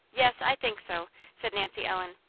yes, i think so, said nancy ellen.